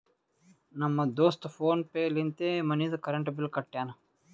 ನಮ್ ದೋಸ್ತ PhonePe ಲಿಂತೆ ಮನಿದು ಕರೆಂಟ್ ಬಿಲ್ ಕಟ್ಯಾನ್